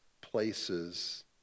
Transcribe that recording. places